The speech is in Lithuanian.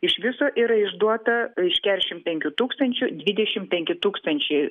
iš viso yra išduota iš kedešimt penkių tūkstančių dvidešimt penki tūkstančiai